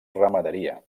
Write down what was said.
ramaderia